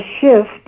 shift